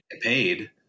paid